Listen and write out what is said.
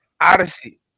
Odyssey